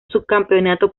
subcampeonato